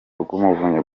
rw’umuvunyi